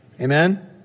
amen